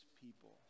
people